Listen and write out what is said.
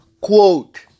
quote